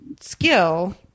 skill